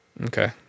Okay